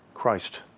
Christ